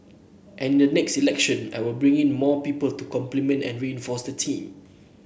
and in the next election I will be bringing in more people to complement and reinforce that team